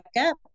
up